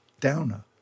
downer